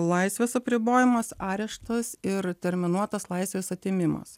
laisvės apribojimas areštas ir terminuotas laisvės atėmimas